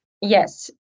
yes